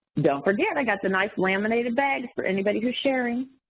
don't forget and i got the nice laminated bags for anybody who's sharing.